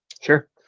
Sure